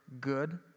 good